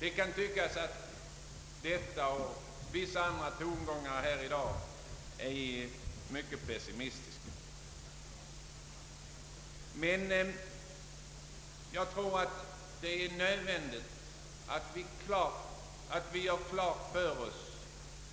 Det kan tyckas att vad jag här har sagt och vissa andra tongångar här i dag är mycket pessimistiska, men jag tror att det är nödvändigt att vi gör klart för oss